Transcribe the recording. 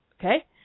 okay